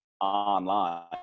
online